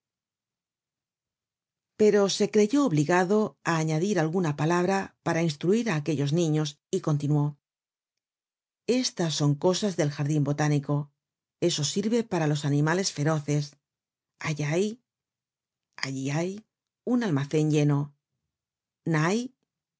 pero se creyó obligado á añadir alguna palabra para instruir á aquellos niños y continuó estas son cosas del jardin botánico eso sirve para los animales feroces allay allí hay un almacen lleno nay